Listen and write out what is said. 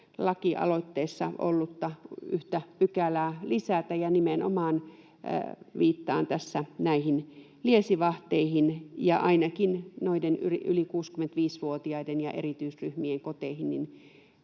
lakialoitteessa ollut yksi pykälä lisätä? Ja nimenomaan viittaan tässä näihin liesivahteihin, ainakin noiden yli 65-vuotiaiden ja erityisryhmien koteihin.